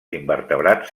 invertebrats